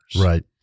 Right